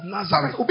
Nazareth